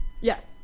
Yes